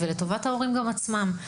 גם ההורים צריכים סיוע.